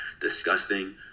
disgusting